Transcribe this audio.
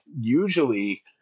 usually